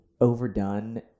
overdone